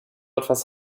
etwas